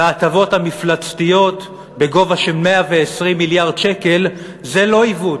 וההטבות המפלצתיות בגובה של 120 מיליארד שקל זה לא עיוות,